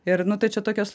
ir nu tai čia tokios